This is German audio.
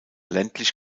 ländlich